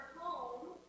home